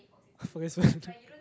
fork and spoon